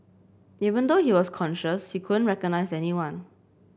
even though he was conscious he couldn't recognise anyone